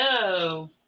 no